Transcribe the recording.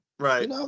Right